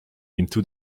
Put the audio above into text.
into